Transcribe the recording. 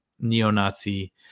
neo-Nazi